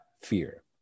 fear